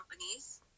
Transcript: companies